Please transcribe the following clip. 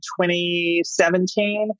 2017